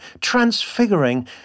transfiguring